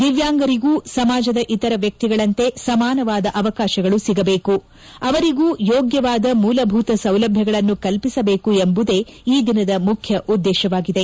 ದಿವ್ಚಾಂಗರಿಗೂ ಸಮಾಜದ ಇತರ ವ್ಯಕ್ತಿಗಳಂತೆ ಸಮಾನವಾದ ಅವಕಾಶಗಳು ಸಿಗಬೇಕು ಅವರಿಗೂ ಯೋಗ್ಟವಾದ ಮೂಲಭೂತ ಸೌಲಭ್ವಗಳನ್ನು ಕಲ್ಪಿಸಬೇಕು ಎಂಬುದೇ ಈ ದಿನದ ಮುಖ್ಯ ಉದ್ದೇಶವಾಗಿದೆ